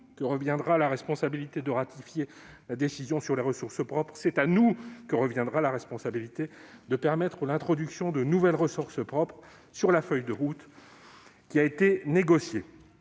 que reviendra la responsabilité de ratifier la décision sur les ressources propres. C'est à nous que reviendra la responsabilité de permettre l'introduction de nouvelles ressources propres sur la feuille de route qui a été négociée.